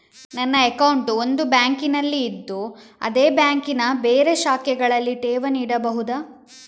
ನನ್ನ ಅಕೌಂಟ್ ಒಂದು ಬ್ಯಾಂಕಿನಲ್ಲಿ ಇದ್ದು ಅದೇ ಬ್ಯಾಂಕಿನ ಬೇರೆ ಶಾಖೆಗಳಲ್ಲಿ ಠೇವಣಿ ಇಡಬಹುದಾ?